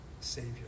Savior